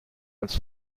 als